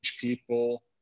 people